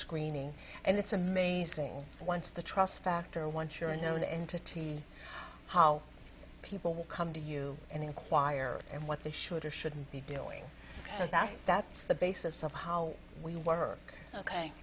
screening and it's amazing once the trust factor once you're a known entity how people will come to you and inquire and what they should or shouldn't be doing so that's that's the basis of how we work ok